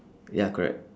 ya correct